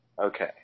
Okay